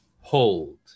hold